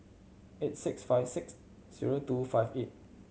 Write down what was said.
eight six five six zero two five eight